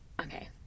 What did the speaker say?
Okay